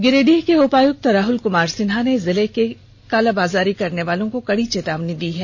गिरिडीह के उपायुक्त राहुल कुमार सिन्हा ने जिले में कालाबाजारी करनेवालों को कड़ी चेतावनी दी है